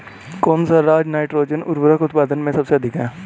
कौन सा राज नाइट्रोजन उर्वरक उत्पादन में सबसे अधिक है?